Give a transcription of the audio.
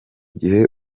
gihe